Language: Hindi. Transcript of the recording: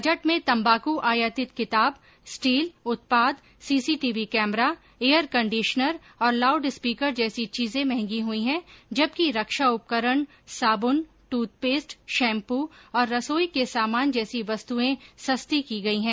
बजट में तम्बाकू आयातित किताब स्टील उत्पाद सीसी टीवी कैमरा एयरकंडीश्नर और लाउड स्पीकर जैसी चीजें महंगी हुई है जबकि रक्षा उपकरण साब्न ट्थपेस्ट शैम्पू और रसोई के सामान जैसी वस्तुएं सस्ती की गई है